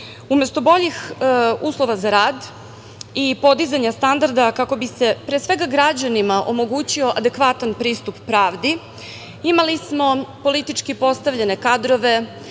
rad. Umesto boljih uslova za rad i podizanja standarda kako bi se pre svega građanima omogućio adekvatan pristup pravdi, imali smo politički postavljene kadrove,